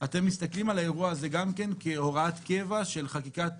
אתם מסתכלים על האירוע הזה גם כהוראת קבע של חקיקת